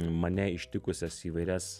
mane ištikusias įvairias